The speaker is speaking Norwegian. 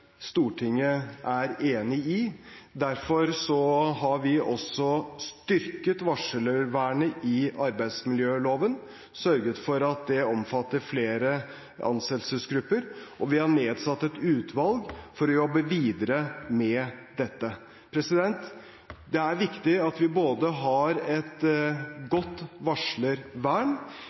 Stortinget er enig i. Derfor har vi også styrket varslervernet i arbeidsmiljøloven, sørget for at det omfatter flere ansettelsesgrupper, og vi har nedsatt et utvalg for å jobbe videre med dette. Det er viktig at vi har et godt